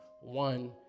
One